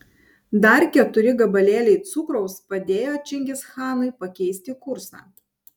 dar keturi gabalėliai cukraus padėjo čingischanui pakeisti kursą